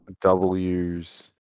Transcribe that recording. W's